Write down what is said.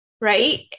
right